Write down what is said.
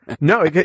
No